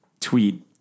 tweet